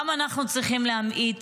גם אנחנו צריכים להמעיט